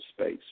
space